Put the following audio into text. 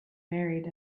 married